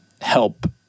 Help